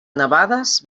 nevades